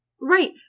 Right